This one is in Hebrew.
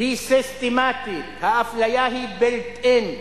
היא סיסטמטית, האפליה היא בהתאם.